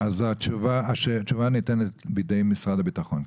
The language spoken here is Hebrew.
התשובה ניתנת בידי משרד הביטחון.